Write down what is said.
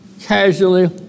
casually